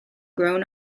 grown